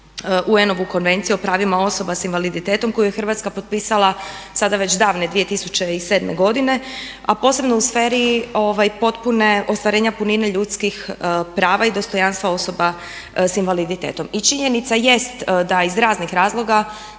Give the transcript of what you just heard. UN-ovu konvenciju o pravima osoba s invaliditetom koju je Hrvatska potpisala sada već davne 2007. godine a posebno u sferi potpune, ostvarenja punine ljudskih prava i dostojanstva osoba sa invaliditetom. I činjenica jest da iz raznih razloga